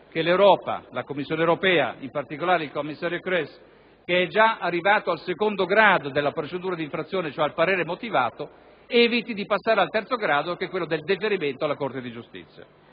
che l'Europa, la Commissione europea, in particolare il commissario Kroes, che è già arrivata al secondo grado della procedura d'infrazione, cioè al parere motivato, eviti di passare al terzo grado, che è quello del deferimento alla Corte di giustizia.